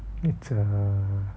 it's a